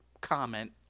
comment